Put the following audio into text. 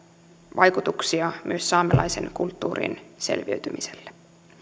vaikutuksia myös saamelaisen kulttuurin selviytymiselle